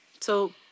So-